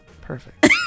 perfect